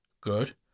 Good